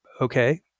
Okay